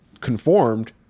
conformed